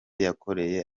yankoreye